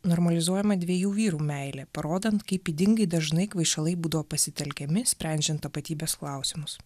normalizuojama dviejų vyrų meilė parodant kaip ydingai dažnai kvaišalai būdavo pasitelkiami sprendžiant tapatybės klausimus